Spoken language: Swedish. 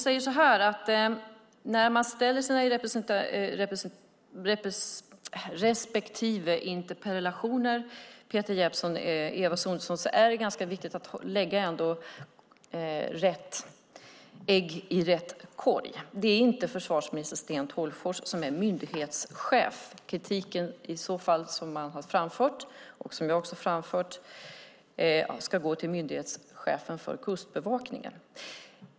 Men när man ställer interpellationer, Peter Jeppsson och Eva Sonidsson, är det ändå ganska viktigt att lägga rätt ägg i rätt korg. Det är inte försvarsminister Sten Tolgfors som är myndighetschef. Kritiken som man framfört och som jag också har framfört ska gå till myndighetschefen för Kustbevakningen.